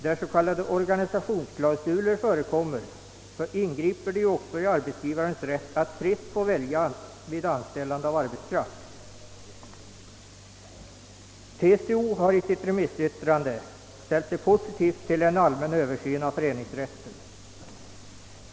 Där s.k. organisationsklausuler förekommer ingriper de också i arbetsgivarens rätt att fritt få välja vid anställande av arbetskraft. TCO ställer sig i sitt remissyttrande positivt till en allmän översyn av föreningsrätten.